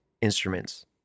instruments